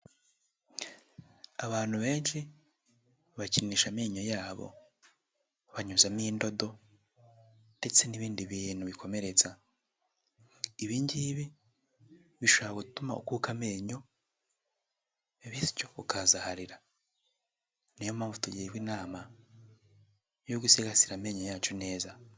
Abantu benshi bakinisha amenyo yabo. Banyuzamo indodo ndetse n'ibindi bintu bikomeretsa. Ibi ngibi, bishobora gutuma ukuka amenyo bityo ukahazaharira. Niyo mpamvu, tugirwa inama yo gusigasira amenyo yacu neza.